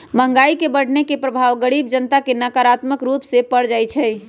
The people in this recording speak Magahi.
महंगाई के बढ़ने के प्रभाव गरीब जनता पर नकारात्मक रूप से पर जाइ छइ